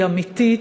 היא אמיתית,